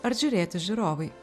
ar žiūrėti žiūrovai